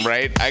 Right